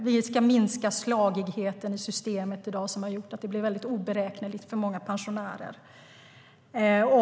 Vi ska minska den slagighet som finns i systemet i dag och som har gjort att det blir väldigt oberäkneligt för många pensionärer.